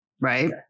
Right